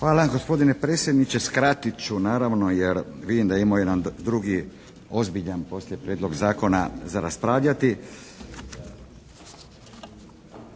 Hvala gospodine predsjedniče. Skratit ću naravno jer vidim da imamo jedan drugi ozbiljan poslije prijedlog zakona za raspravljati.